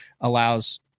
allows